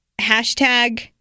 hashtag